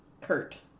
Kurt